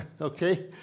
Okay